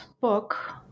book